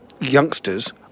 youngsters